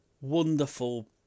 wonderful